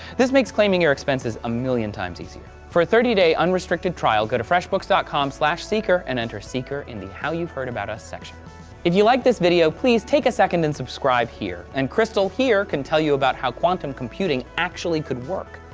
this makes claiming your expenses a million times easier. for a thirty day unrestricted trial, go to freshbooks dot com slash seeker, and enter seeker in the how you've heard about us section if you like this video, please take a second and subscribe. and crystal, here, can tell you about how quantum computing actually could work!